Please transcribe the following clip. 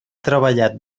treballat